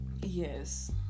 yes